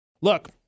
Look